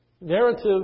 narrative